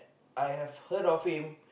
I have heard of him